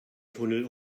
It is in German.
tunnel